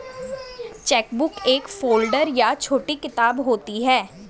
chequebook एक folder या छोटी किताब होती है